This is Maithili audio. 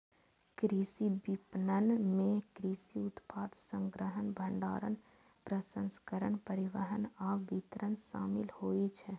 कृषि विपणन मे कृषि उत्पाद संग्रहण, भंडारण, प्रसंस्करण, परिवहन आ वितरण शामिल होइ छै